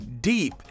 deep